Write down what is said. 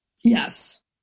Yes